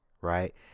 right